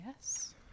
yes